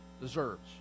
deserves